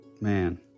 Man